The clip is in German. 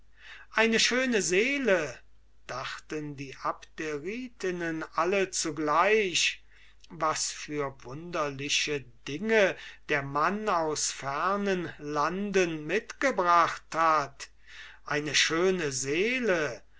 eine schöne seele dachten die abderitinnen alle zugleich was für wunderliche dinge der mann aus fernen landen mitgebracht hat eine schöne seele